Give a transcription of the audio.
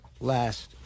last